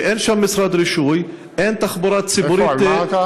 ואין שם משרד רישוי, אין תחבורה ציבורית, איפה?